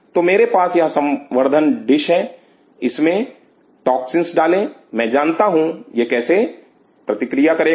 तो मेरे पास यह संवर्धन डिश है इसमें टॉक्सिंस डालें मैं जानता हूं यह कैसे प्रतिक्रियाएं करेगा